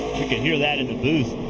you could hear that in the booth.